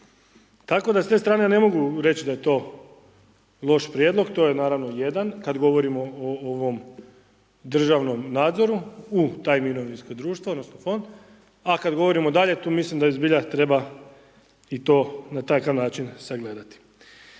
Tako da s te strane ne mogu reći da je to loš prijedlog, to je naravno jedan kada govorimo o ovom državnom nadzoru u taj mirovinsko društvo, odnosno, fond, a kada govorimo dalje, tu mislim da i zbilja treba i to na takav način sagledati.